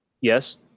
Yes